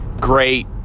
great